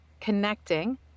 connecting